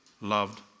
loved